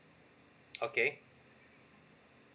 okay